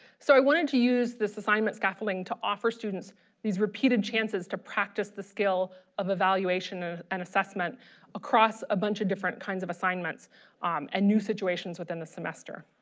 so i wanted to use this assignment scaffolding to offer students these repeated chances to practice the skill of evaluation and assessment across a bunch of different kinds of assignments and new situations within the semester